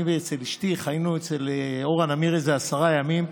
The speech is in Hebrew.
אני ואשתי חיינו אצל אורה נמיר איזה עשרה ימים.